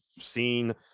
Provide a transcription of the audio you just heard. seen